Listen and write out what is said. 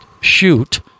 shoot